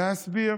להסביר